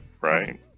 right